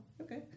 okay